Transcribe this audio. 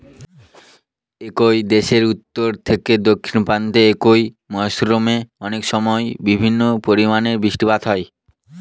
একই দেশের উত্তর থেকে দক্ষিণ প্রান্তে একই মরশুমে অনেকসময় ভিন্ন পরিমানের বৃষ্টিপাত হয়